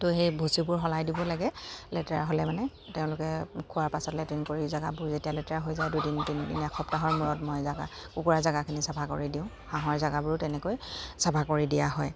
ত' সেই ভুচিবোৰ সলাই দিব লাগে লেতেৰা হ'লে মানে তেওঁলোকে খোৱাৰ পাছত লেট্ৰিন কৰি জেগাবোৰ যেতিয়া লেতেৰা হৈ যায় দুদিন তিনিদিনীয়া এসপ্তাহৰ মূৰত মই জেগা কুকুৰা জেগাখিনি চাফা কৰি দিওঁ হাঁহৰ জেগাবোৰো তেনেকৈ চাফা কৰি দিয়া হয়